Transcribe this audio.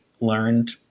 learned